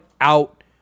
out